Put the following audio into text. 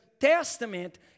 testament